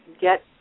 get